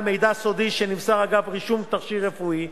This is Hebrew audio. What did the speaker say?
מידע סודי שנמסר אגב רישום תכשיר רפואי,